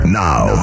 now